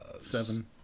Seven